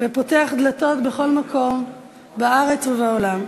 ופותח דלתות בכל מקום בארץ ובעולם.